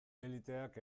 eliteak